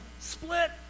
split